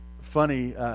funny